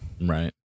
Right